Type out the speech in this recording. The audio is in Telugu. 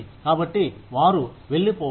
కాబట్టి వారు వెళ్ళిపో రు